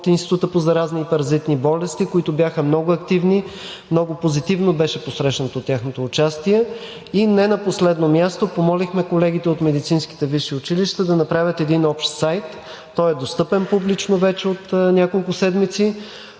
Института по заразни и паразитни болести, които бяха много активни, много позитивно беше посрещнато тяхното участие, и не на последно място, помолихме колегите от медицинските висши училища да направят един общ сайт, той е достъпен публично вече от няколко седмици,